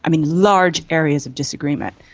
mean large areas of disagreement.